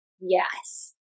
yes